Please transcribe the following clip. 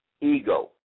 ego